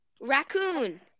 Raccoon